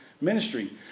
ministry